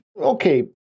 okay